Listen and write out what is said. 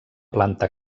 planta